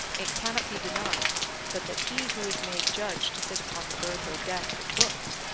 it cannot be denied but that he who is made judge to sit upon the birth or death of books,